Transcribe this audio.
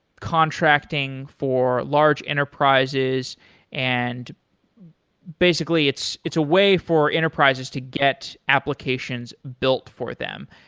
contracting for large enterprises and basically it's it's a way for enterprises to get applications built for them.